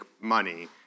money